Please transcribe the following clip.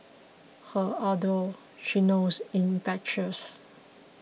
her ardour she knows infectious